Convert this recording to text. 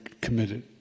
committed